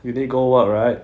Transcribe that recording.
you need go work right